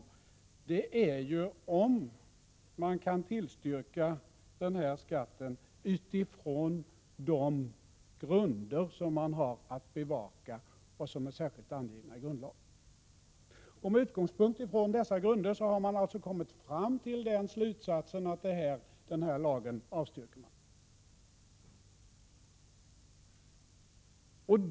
1986/87:21 om är om man kan tillstyrka denna skatt utifrån de grunder som man har att 7 november 1986 bevaka och som är särskilt angivna i grundlagen. Med utgångspunkt i dessa. 4 grunder har lagrådet alltså kommit till slutsatsen att det bör avstyrka förslaget om denna skatt.